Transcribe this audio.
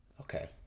Okay